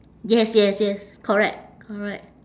yes yes yes correct correct